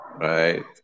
Right